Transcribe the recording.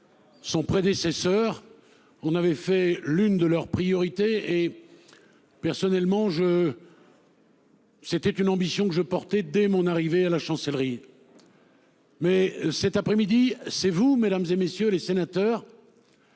son prédécesseur en avaient fait l'une de leurs priorités et, personnellement, c'est une ambition que j'ai portée dès mon arrivée à la Chancellerie. Cet après-midi, c'est vous, mesdames, messieurs les sénateurs,